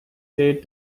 said